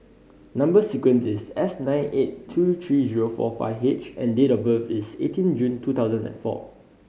number sequence is S nine eight two three zero four five H and date of birth is eighteen June two thousand and four